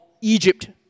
Egypt